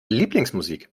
lieblingsmusik